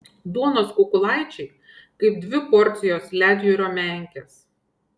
duonos kukulaičiai kaip dvi porcijos ledjūrio menkės